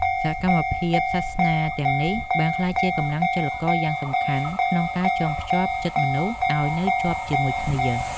សកម្មភាពសាសនាទាំងនេះ បានក្លាយជាកម្លាំងចលករយ៉ាងសំខាន់ក្នុងការចងភ្ជាប់ចិត្តមនុស្សឱ្យនៅជាប់ជាមួយគ្នា។